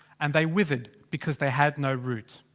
and they withered because they had no root.